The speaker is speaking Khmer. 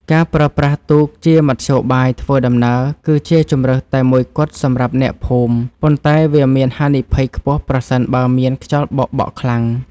ការប្រើប្រាស់ទូកជាមធ្យោបាយធ្វើដំណើរ គឺជាជម្រើសតែមួយគត់សម្រាប់អ្នកភូមិ ប៉ុន្តែ វាមានហានិភ័យខ្ពស់ប្រសិនបើមានខ្យល់បោកបក់ខ្លាំង។